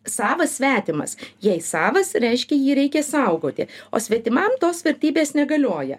savas svetimas jei savas reiškia jį reikia saugoti o svetimam tos vertybės negalioja